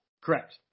Correct